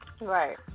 right